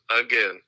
again